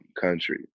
country